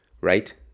Right